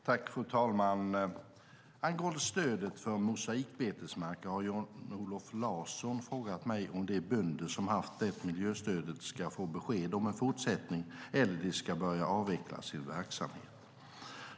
Fru talman! Angående stödet till mosaikbetesmarker har Jan-Olof Larsson frågat mig om de bönder som haft det miljöstödet ska få besked om en fortsättning eller om de ska börja avveckla sin verksamhet.